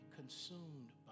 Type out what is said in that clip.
consumed